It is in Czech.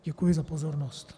Děkuji za pozornost.